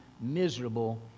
miserable